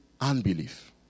unbelief